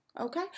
Okay